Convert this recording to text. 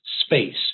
space